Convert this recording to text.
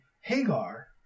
Hagar